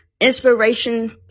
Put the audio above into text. inspiration